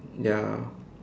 ya